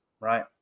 right